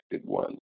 one